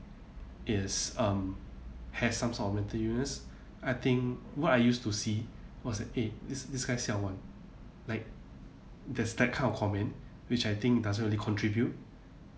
is um has some sort of mental illness I think what I used to see was eh this this guy siao [one] like this that kind of comment which I think doesn't really contribute